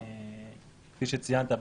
כפי שציינת,